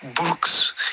books